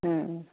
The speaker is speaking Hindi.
हाँ